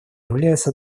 являются